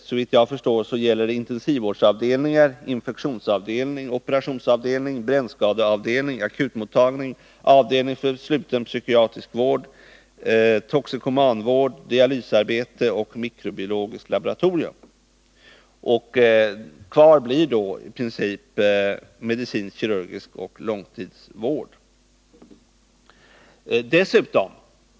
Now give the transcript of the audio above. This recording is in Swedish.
Såvitt jag förstår gäller det intensivvårdsavdelningar, infektionsavdelningar, operationsavdelningar, brännskadeavdelningar, akutmottagningar, avdelningar för sluten psykiatrisk vård, toxikomanvård, dialysarbeten och arbete vid mikrobiologiskt laboratorium. Kvar blir då i princip medicinsk och kirurgisk vård samt långtidsvård.